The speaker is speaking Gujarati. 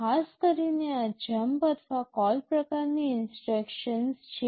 ખાસ કરીને આ જમ્પ અથવા કોલ પ્રકારની ઇન્સટ્રક્શન્સ છે